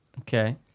okay